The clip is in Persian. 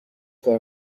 کار